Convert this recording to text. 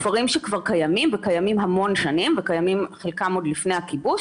כפרים שכבר קיימים וקיימים המון שנים וחלקם קיימים עוד מלפני הכיבוש